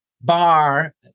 bar